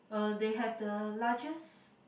uh they have the largest